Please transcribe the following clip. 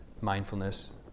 mindfulness